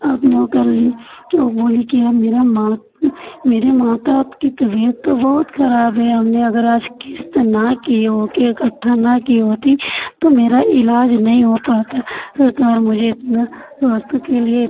आपने वो कर ली तो वो बोली कि यार मेरा माँ मेरे माता की तबियत तो बहुत खराब है हमने अगर आज किस्त ना किए होके इकट्ठा ना किए होती तो मेरा इलाज नहीं हो पाता सरकार मुझे इतना स्वास्थ्य के लिए